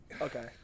okay